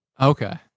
Okay